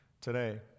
today